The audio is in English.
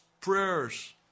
prayers